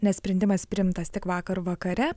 nes sprendimas priimtas tik vakar vakare